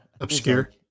Obscure